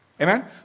Amen